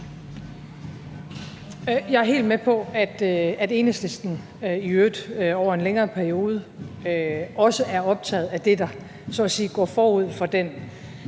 Jeg er helt med på, at Enhedslisten – i øvrigt over en længere periode – også har været optaget af det, der så at sige